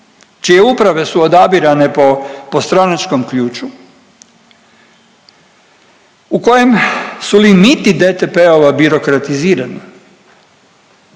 čije uprave su odabirane po, po stranačkom ključu u kojem su limiti DTP-ova birokratizirani,